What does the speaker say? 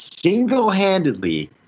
single-handedly